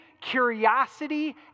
curiosity